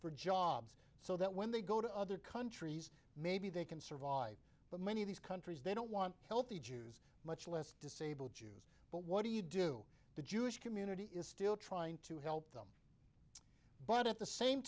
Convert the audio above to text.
for jobs so that when they go to other countries maybe they can survive but many of these countries they don't want healthy jews much less disabled jews but what do you do the jewish community is still trying to help them but at the same